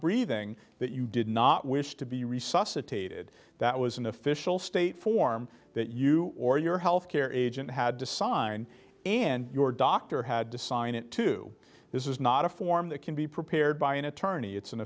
breathing that you did not wish to be resuscitated that was an official state form that you or your healthcare agent had to sign and your doctor had to sign it too this is not a form that can be prepared by an attorney it's an